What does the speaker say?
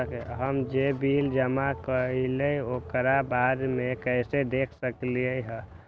हम जे बिल जमा करईले ओकरा बाद में कैसे देख सकलि ह?